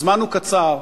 הזמן קצר,